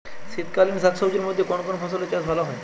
শীতকালীন শাকসবজির মধ্যে কোন কোন ফসলের চাষ ভালো হয়?